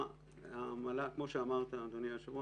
כמו שאמרת אדוני היושב-ראש,